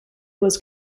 was